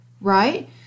right